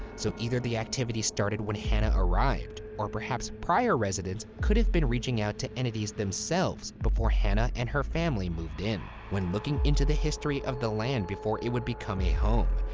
so either the activity started when hannah arrived, or perhaps prior residents could have been reaching out to entities themselves before hannah and her family moved in. when looking into the history of the land before it would become a home,